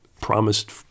promised